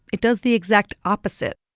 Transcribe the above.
it does the exact opposite.